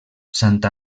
sant